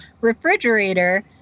refrigerator